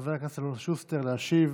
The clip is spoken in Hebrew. חבר הכנסת אלון שוסטר, להשיב